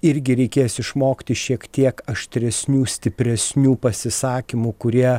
irgi reikės išmokti šiek tiek aštresnių stipresnių pasisakymų kurie